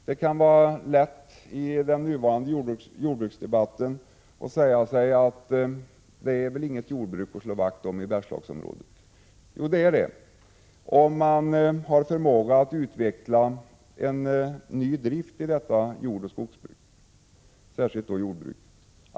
Det kan vara lätt att i den nuvarande jordbruksdebatten säga sig: Det finns väl inget jordbruk att slå vakt om i Bergslagsområdet? Jo, det finns det — om man har förmågan att utveckla en ny drift i detta jordoch skogsbruk, särskilt jordbruket.